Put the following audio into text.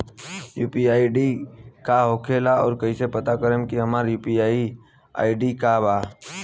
UPI ID का होखेला और कईसे पता करम की हमार यू.पी.आई आई.डी का बा?